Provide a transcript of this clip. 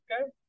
Okay